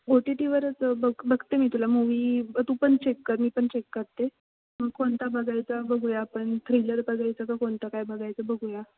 ओ T टीवरच बघ बघते मी तुला मूवी तू पण चेक कर मी पण चेक करते मग कोणता बघायचा बघूया आपण थ्रिलर बघायचं का कोणता काय बघायचं बघूया